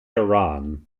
iran